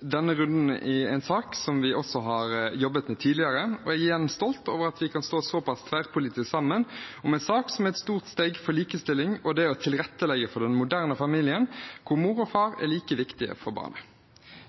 denne runden i en sak som vi også har jobbet med tidligere. Igjen er jeg stolt over at vi kan stå såpass tverrpolitisk sammen om en sak som er et stort steg for likestilling og det å tilrettelegge for den moderne familien, hvor mor og far er like viktige for barnet.